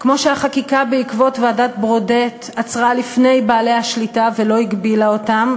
כמו שהחקיקה בעקבות ועדת ברודט עצרה לפני בעלי השליטה ולא הגבילה אותם,